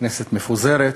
כנסת מפוזרת,